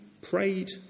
prayed